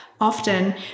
Often